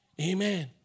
Amen